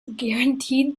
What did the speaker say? guaranteed